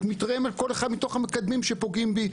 מתרעם על כל אחד מתוך המקדמים שפוגעים בי.